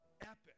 epic